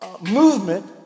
movement